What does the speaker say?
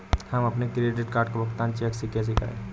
हम अपने credit card का भुगतान चेक से कैसे करें?